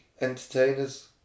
entertainers